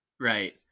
right